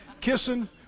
kissing